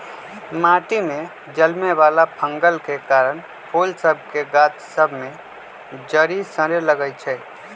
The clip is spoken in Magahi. माटि में जलमे वला फंगस के कारन फूल सभ के गाछ सभ में जरी सरे लगइ छै